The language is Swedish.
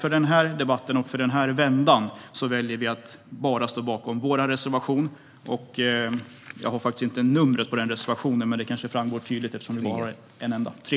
I denna debatt och i denna vända väljer jag dock att bara stå bakom vår reservation, nr 3.